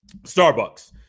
Starbucks